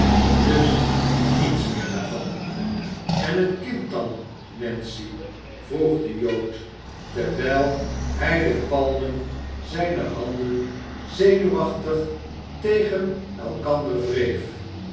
dus niets meer daarvan en het kind dan nancy vroeg de jood terwijl hij de palmen zijner handen zenuwachtig tegen elkander wreef